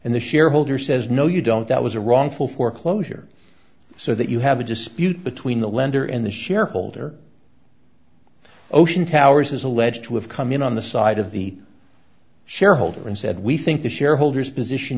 and the shareholder says no you don't that was a wrongful foreclosure so that you have a dispute between the lender and the shareholder ocean towers is alleged to have come in on the side of the shareholder and said we think the shareholders position